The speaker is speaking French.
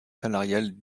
salariale